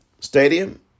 stadium